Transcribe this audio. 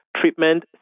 Treatment